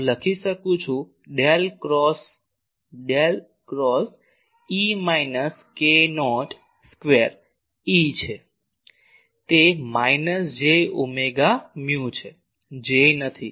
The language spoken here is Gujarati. તેથી હું લખી શકું છું del cross del cross E minus k naught square E છે તે માઇનસ j ઓમેગા મૂ છે J નથી